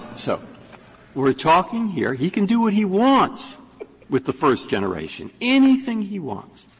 so we are talking here he can do what he wants with the first generation. anything he wants.